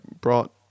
brought